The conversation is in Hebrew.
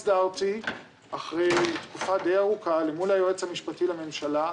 הסדרתי אחרי תקופה דיי ארוכה אל מול היועץ המשפטי לממשלה,